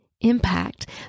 impact